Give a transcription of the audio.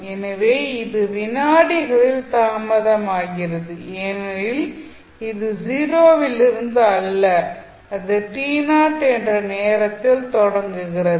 எனவே இது வினாடிகளில் தாமதமாகிறது ஏனெனில் இது 0 லிருந்து அல்ல அது என்ற நேரத்தில் தொடங்குகிறது